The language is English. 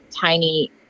tiny